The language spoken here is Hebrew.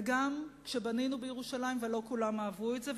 וגם כשבנינו בירושלים ולא כולם אהבו את זה,